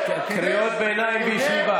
תודה רבה.